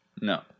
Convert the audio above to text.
No